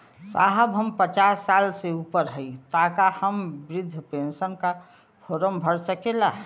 साहब हम पचास साल से ऊपर हई ताका हम बृध पेंसन का फोरम भर सकेला?